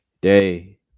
day